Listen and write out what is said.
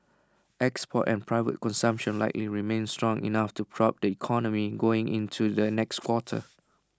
exports and private consumption likely remain strong enough to prop up the economy going into the next quarter